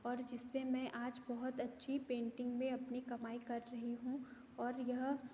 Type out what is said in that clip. और जिससे मैं आज बहुत अच्छी पेंटिंग में अपनी कमाई कर रही हूँ और यह